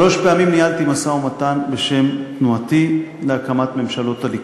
שלוש פעמים ניהלתי משא-ומתן בשם תנועתי להקמת ממשלות הליכוד.